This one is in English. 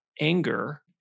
anger